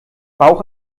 bauch